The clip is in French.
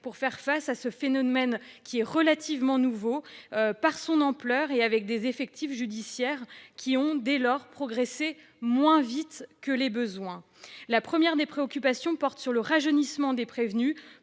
pour faire face à ce phénomène relativement nouveau par son ampleur. Les effectifs judiciaires ont ainsi progressé moins vite que les besoins. La première des préoccupations porte sur le rajeunissement des prévenus.